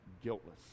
guiltless